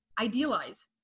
idealize